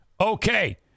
Okay